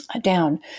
down